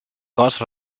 cos